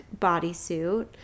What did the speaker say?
bodysuit